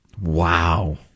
Wow